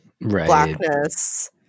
blackness